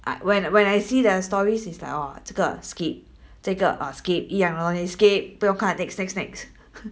I when when I see their stories is like 哦这个 skip 这个哦 skip 一样咯 then skip 不用看 next next next